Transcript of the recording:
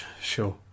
sure